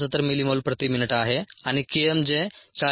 69 millimole प्रति minute आहे आणि k m जे 40